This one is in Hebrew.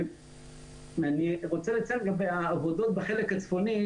אני רוצה לציין לגבי העבודות בחלק הצפוני,